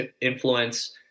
influence